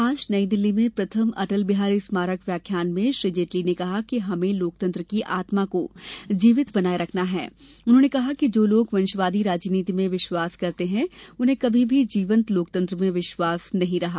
आज नई दिल्ली में प्रथम अटलबिहारी स्मारक व्याख्यान में श्री जेटली ने कहा कि हमे लोकतंत्र की आत्मा को जीवित बनाये रखना है उन्होंने कहा कि जो लोग वंशवादी राजनीति में विश्वास करते हैं उन्हें कभी भी जीवंत लोकतंत्र में विश्वास नहीं रहा